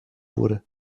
wurde